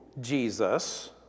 Jesus